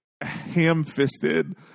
ham-fisted